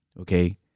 Okay